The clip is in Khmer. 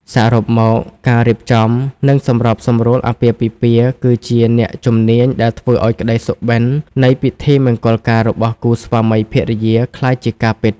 សរុបមក អ្នករៀបចំ និងសម្របសម្រួលអាពាហ៍ពិពាហ៍គឺជា អ្នកជំនាញដែលធ្វើឱ្យក្តីសុបិន្ត នៃពិធីមង្គលការរបស់គូស្វាមីភរិយាក្លាយជាការពិត។